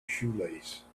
shoelace